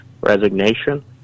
resignation